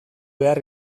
behar